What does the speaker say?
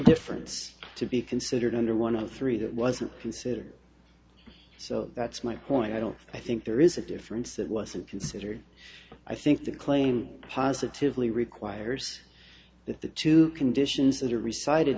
difference to be considered under one of three that wasn't considered so that's my point i don't i think there is a difference that wasn't considered i think the claim positively requires that the two conditions that are resid